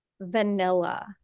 vanilla